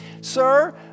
Sir